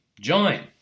Join